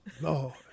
Lord